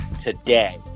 today